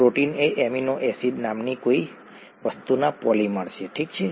protein એ amino acid નામની કોઈ વસ્તુના પોલિમર છે ઠીક છે